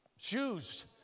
Shoes